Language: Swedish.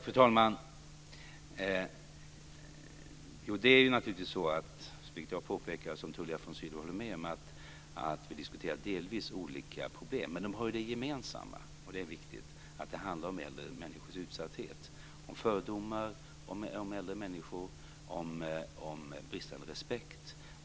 Fru talman! Som Tullia von Sydow har påpekat diskuterar vi delvis olika problem, men det har det gemensamt - och det är viktigt - att det handlar om människors utsatthet, om fördomar om äldre och om bristande respekt.